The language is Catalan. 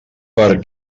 per